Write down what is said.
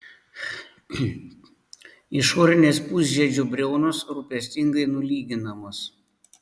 išorinės pusžiedžių briaunos rūpestingai nulyginamos